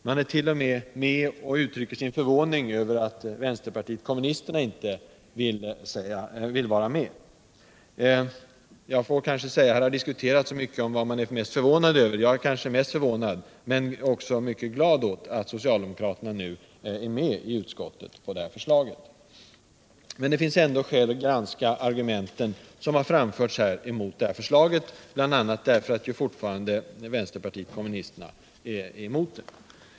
Man är t.o.m. med och uttrycker sin förvåning över alt vänsterpartiet kommunisterna inte vill ansluta sig. Det har här talats mycket om vad man är mest förvänad över. Jag är nog mest förvånad över, men också glad åt, att sociuldemokraterna i utskottet är med på det här förslaget. Men det finns ändå skäl att granska de argument som har anförts mot det här förslaget, bl.a. därför att vänsterpartiet kommunisterna fortfarande är emot det.